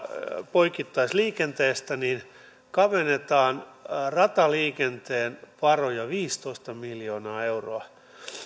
poikittaisliikenteestä kavennetaan rataliikenteen varoja viisitoista miljoonaa euroa